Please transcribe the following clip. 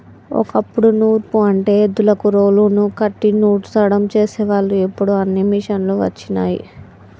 ఓ కప్పుడు నూర్పు అంటే ఎద్దులకు రోలుని కట్టి నూర్సడం చేసేవాళ్ళు ఇప్పుడు అన్నీ మిషనులు వచ్చినయ్